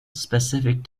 specific